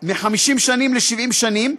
מ-50 שנים ל-70 שנים,